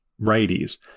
righties